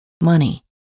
Money